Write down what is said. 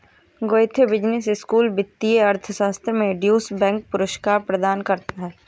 Goethe business school वित्तीय अर्थशास्त्र में ड्यूश बैंक पुरस्कार प्रदान करता है